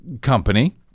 company